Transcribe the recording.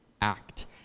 act